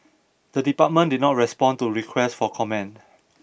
the department did not respond to requests for comment